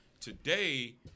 Today